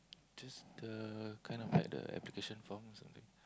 just the kind of like the application forms or something